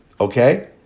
okay